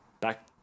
Back